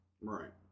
right